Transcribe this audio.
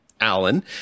Alan